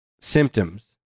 symptoms